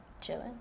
chilling